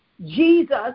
Jesus